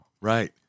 Right